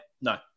No